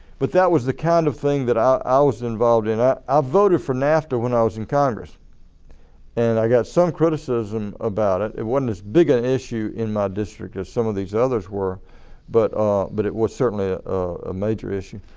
but that was the kind of thing that i i was involved in. i um voted for nafta when i was in congress and i got some criticism about it but it wasn't as big an issue in my district as some of these others were but ah but it was certainly a major issue.